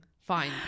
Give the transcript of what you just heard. Fine